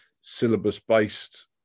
syllabus-based